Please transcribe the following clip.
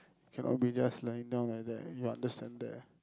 cannot be just lying down like that you want to stand there